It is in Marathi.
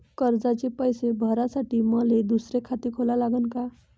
कर्जाचे पैसे भरासाठी मले दुसरे खाते खोला लागन का?